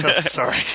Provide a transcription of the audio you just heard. Sorry